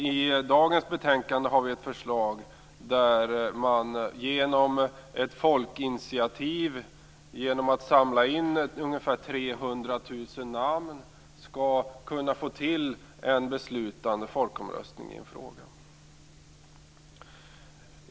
I dagens betänkande har vi ett förslag om att man genom ett folkinitiativ, genom att samla in ungefär 300 000 namn, skall kunna få till en beslutande folkomröstning i en fråga.